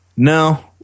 No